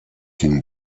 une